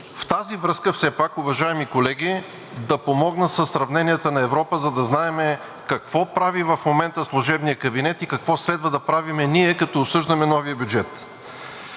В тази връзка все пак, уважаеми колеги, да помогна със сравненията на Европа, за да знаем какво прави в момента служебният кабинет и какво следва да правим ние, като обсъждаме новия бюджет.